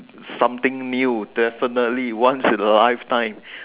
something new definitely once in a life time